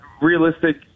Realistic